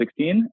2016